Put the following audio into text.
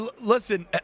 listen